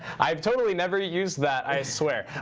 i've totally never used that, i swear.